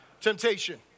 temptation